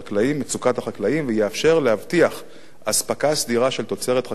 ויאפשר להבטיח אספקה סדירה של תוצרת חקלאית במחירים הוגנים.